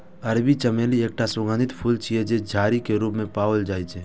अरबी चमेली एकटा सुगंधित फूल छियै, जे झाड़ी के रूप मे पाओल जाइ छै